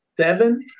seven